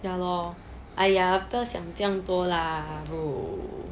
ya lor !aiya! 不要想这样多 lah bro